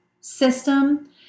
system